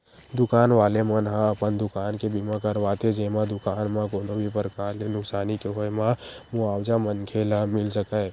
दुकान वाले मन ह अपन दुकान के बीमा करवाथे जेमा दुकान म कोनो भी परकार ले नुकसानी के होय म मुवाजा मनखे ल मिले सकय